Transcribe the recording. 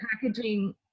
packaging